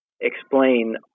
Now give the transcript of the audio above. explain